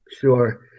Sure